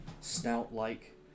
snout-like